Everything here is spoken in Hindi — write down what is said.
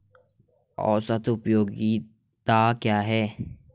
औसत उपयोगिता क्या है?